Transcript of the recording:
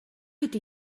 ydy